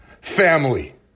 family